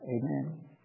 Amen